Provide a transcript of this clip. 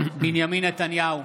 בנימין נתניהו,